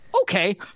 Okay